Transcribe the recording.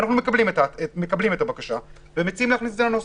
אנחנו מקבלים את הבקשה ומציעים להכניס את זה לנוסח.